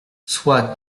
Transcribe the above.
soit